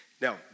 Now